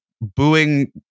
booing